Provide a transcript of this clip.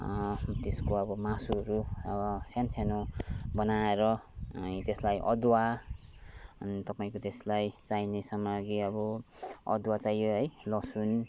त्यसको अब मासुहरू अब सानो सानो बनाएर अनि त्यसलाई अदुवा अनि तपाईँको त्यसलाई चाहिने सामाग्री अब अदुवा चाहियो है लसुन